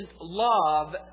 love